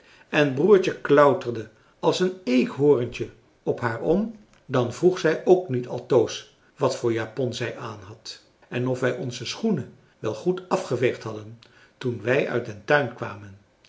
en broertje klauterde als een eekhorentje op haar om dan vroeg zij ook niet altoos wat voor japon zij aanhad en of wij onze schoenen wel goed afgeveegd hadden toen wij uit den tuin kwamen